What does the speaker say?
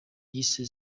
yise